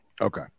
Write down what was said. Okay